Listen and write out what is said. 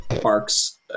parks